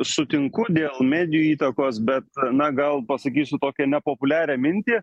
sutinku dėl medijų įtakos bet na gal pasakysiu tokią nepopuliarią mintį